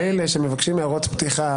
אני נותן הערות פתיחה,